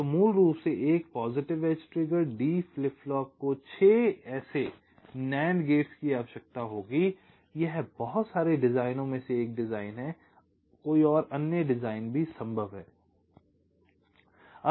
तो मूल रूप से एक एक positive edge triggered D flip flop को 6 ऐसे NAND गेट्स की आवश्यकता होगी यह बहुत सारे डिजाइनों में से एक डिजाइन है अन्य डिजाइन भी संभव हैं